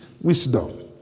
wisdom